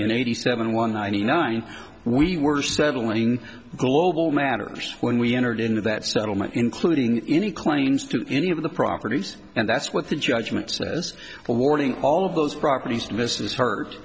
in eighty seven one ninety nine we were settling global matters when we entered into that settlement including any claims to any of the properties and that's what the judgment says awarding all of those properties versus hurt